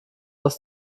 aus